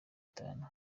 itanu